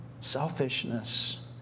selfishness